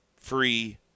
free